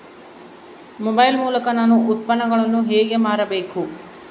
Mobile ಮೂಲಕ ನಾನು ಉತ್ಪನ್ನಗಳನ್ನು ಹೇಗೆ ಮಾರಬೇಕು?